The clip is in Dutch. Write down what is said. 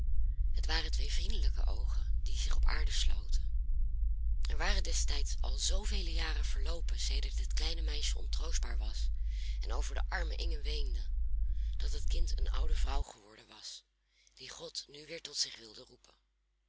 het waren twee vriendelijke oogen die zich op aarde sloten er waren destijds al zoovele jaren verloopen sedert het kleine meisje ontroostbaar was en over de arme inge weende dat het kind een oude vrouw geworden was die god nu weer tot zich wilde roepen